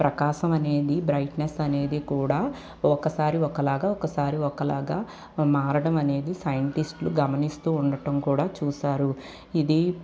ప్రకాశం అనేది బ్రైట్నెస్ అనేది కూడా ఒకసారి ఒకలాగా ఒకసారి ఒకలాగా మారడం అనేది సైంటిస్ట్లు గమనిస్తూ ఉండడం కూడా చూసారు ఇది